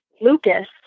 Lucas